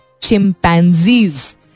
chimpanzees